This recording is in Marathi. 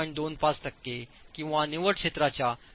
25 टक्के किंवा निव्वळ क्षेत्राच्या 0